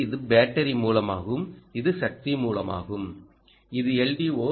எனவே இது பேட்டரி மூலமாகும் இது சக்தி மூலமாகும் இது எல்